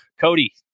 Cody